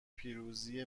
پیروزی